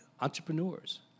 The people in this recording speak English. entrepreneurs